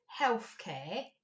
healthcare